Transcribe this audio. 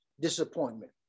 disappointment